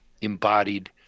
embodied